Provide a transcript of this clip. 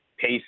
pace